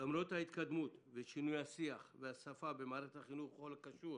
למרות ההתקדמות ושינוי השיח והשפה במערכת החינוך בכל הקשור